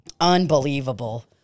Unbelievable